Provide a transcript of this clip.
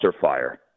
fire